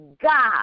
God